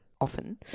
often